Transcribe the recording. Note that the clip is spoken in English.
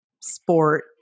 sport